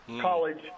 college